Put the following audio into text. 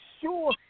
sure